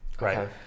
right